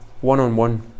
one-on-one